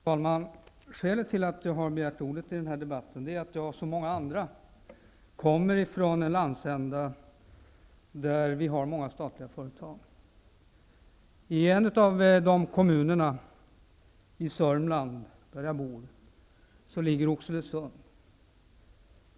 Fru talman! Skälet till att jag har begärt ordet i den här debatten är att jag som många andra kommer från en landsända där det finns många statliga företag. En av kommunerna i Sörmland, där jag bor, är Oxelösund.